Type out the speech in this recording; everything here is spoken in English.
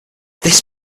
this